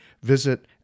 Visit